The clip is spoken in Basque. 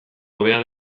hobea